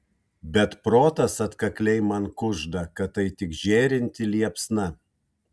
bet protas atkakliai man kužda kad tai tik žėrinti liepsna